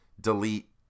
delete